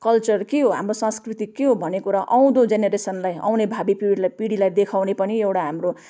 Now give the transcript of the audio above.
culture के हो हाम्रो संस्कृति के हो भन्ने कुरा आउँदो जेनेरेसनलाई आउने भावी पिढीलाई पिढीलाई देखाउने पनि एउटा हाम्रो